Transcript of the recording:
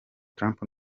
trump